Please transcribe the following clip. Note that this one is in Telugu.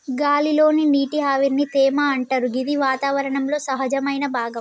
గాలి లోని నీటి ఆవిరిని తేమ అంటరు గిది వాతావరణంలో సహజమైన భాగం